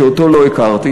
שאותו לא הכרתי,